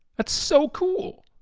that's so cool.